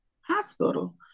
hospital